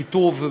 קיטוב,